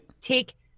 take